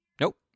Nope